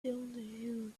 down